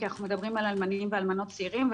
כי אנחנו מדברים על אלמנים ועל אלמנות צעירים,